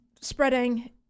spreading